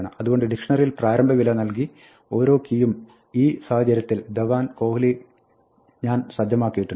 അതുകൊണ്ട് ഡിക്ഷ്ണറിയിൽ പ്രാരംഭവില നൽകി ഓരോ കീയും ഈ സാഹചര്യത്തിൽ ധവാൻ കോഹ്ലി ഞാൻ ഇതിനകം സജ്ജമാക്കിയിട്ടുണ്ട്